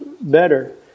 better